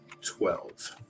Twelve